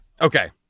Okay